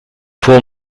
pour